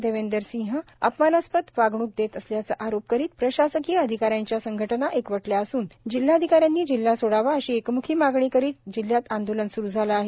देवेंदर सिंह अपमानास्पद वागणूक देत असल्याचा आरोप करीत प्रशासकीय अधिकाऱ्यांच्या संघटना एकवटल्या असून जिल्हाधिकाऱ्यांनी जिल्हा सोडावा अशी एकम्खी मागणी करीत जिल्ह्यात आंदोलन सुरू झाले आहे